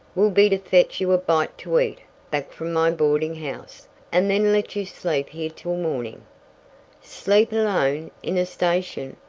will be to fetch you a bite to eat back from my boardin' house and then let you sleep here till mornin' sleep alone in a station!